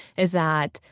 is that,